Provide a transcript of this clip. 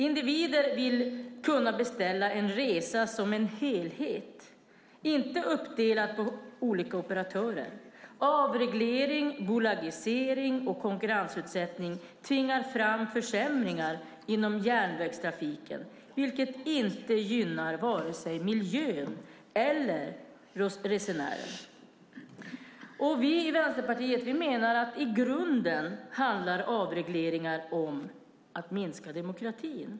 Individer vill kunna beställa en resa som en helhet, inte uppdelat på olika operatörer. Avreglering, bolagisering och konkurrensutsättning tvingar fram försämringar inom järnvägstrafiken, vilket inte gynnar vare sig miljön eller resenären. Vi i Vänsterpartiet menar att avregleringar i grunden handlar om att minska demokratin.